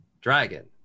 Dragon